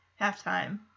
Halftime